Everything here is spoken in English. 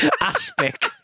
Aspic